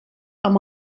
amb